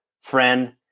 friend